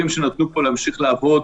שאפשרו לו להמשיך לעבוד,